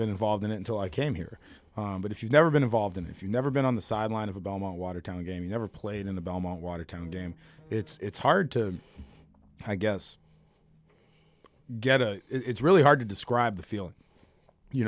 been involved in it until i came here but if you've never been involved in if you've never been on the sideline of obama watertown game you never played in the belmont watertown game it's hard to i guess get a it's really hard to describe the feeling you